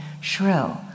shrill